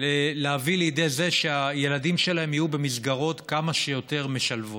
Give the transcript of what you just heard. להביא לידי זה שהילדים שלהם יהיו במסגרות כמה שיותר משלבות,